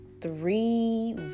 three